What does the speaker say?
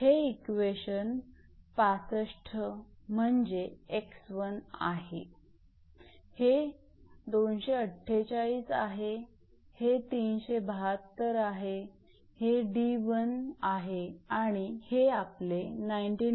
हे इक्वेशन 65 म्हणजे 𝑥1 आहे हे 248 आहे हे 372 आहे हे 𝑑1 आहे आणि हे आपले 19